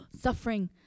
suffering